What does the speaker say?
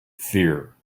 fear